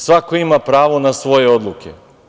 Svako ima pravo na svoje odluke.